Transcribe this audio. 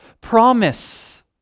promise